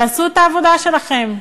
תעשו את העבודה שלכם.